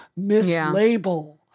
mislabel